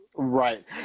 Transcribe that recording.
Right